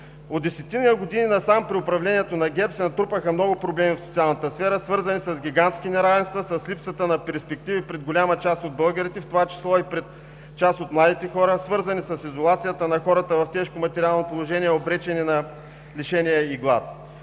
От десетина години насам при управлението на ГЕРБ се натрупаха много проблеми в социалната сфера, свързани с гигантски неравенства, с липсата на перспективи пред голяма част от българите, в това число и пред част от младите хора, свързани с изолацията на хората в тежко материално положение, обречени на лишения и глад.